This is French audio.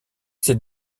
ces